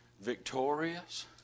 victorious